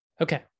Okay